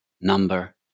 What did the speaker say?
number